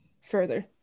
further